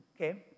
Okay